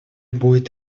будет